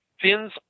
fins